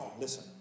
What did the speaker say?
Listen